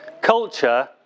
culture